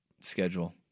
schedule